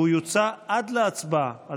הוא יוצא עד להצבעה.